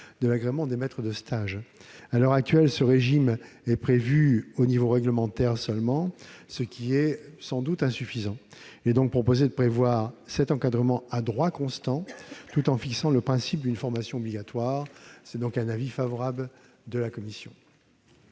de l'agrément des maîtres de stage. À l'heure actuelle, ce régime n'est défini qu'au niveau réglementaire, ce qui est sans doute insuffisant. Il est donc proposé de déterminer cet encadrement à droit constant, tout en fixant le principe d'une formation obligatoire. L'avis de la commission